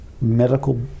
medical